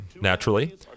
naturally